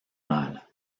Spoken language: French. mal